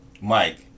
Mike